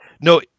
No